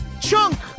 Chunk